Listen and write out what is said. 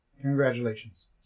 Congratulations